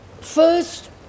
First